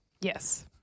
Yes